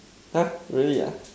!huh! really ah